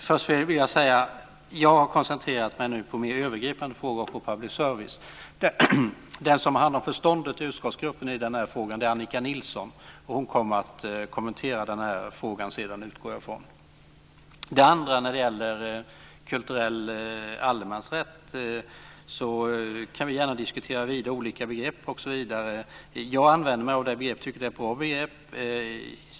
Fru talman! Först vill jag säga att jag har koncentrerat mig på de mer övergripande frågorna och på public service. Den som har hand om förståndet i utskottsgruppen i den här frågan är Annika Nilsson. Jag utgår ifrån att hon kommer att kommentera den här frågan senare. Den andra frågan gällde kulturell allemansrätt. Vi kan gärna diskutera olika begrepp osv. Jag använde mig av det begreppet. Jag tycker att det är ett bra begrepp.